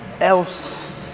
else